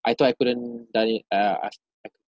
I thought I couldn't done it uh af~